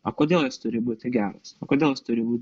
o kodėl jos turi būti geros o kodėl jos turi būt